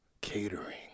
catering